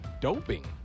Doping